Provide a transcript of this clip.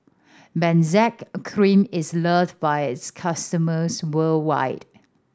Benzac Cream is loved by its customers worldwide